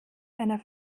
einer